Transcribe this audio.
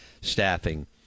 Staffing